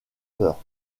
peur